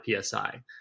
PSI